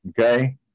Okay